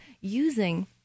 using